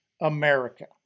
America